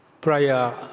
Prior